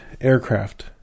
aircraft